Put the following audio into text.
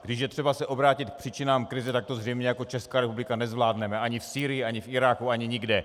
Když je třeba se obrátit k příčinám krize, tak to zřejmě jako Česká republika nezvládneme ani v Sýrii, ani v Iráku, ani nikde.